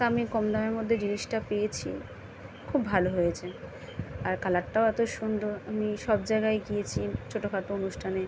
তা আমি কম দামের মধ্যে জিনিসটা পেয়েছি খুব ভালো হয়েছে আর কালারটাও এতো সুন্দর আমি সব জায়গায় গিয়েছি ছোটো খাটো অনুষ্ঠানে